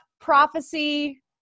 prophecy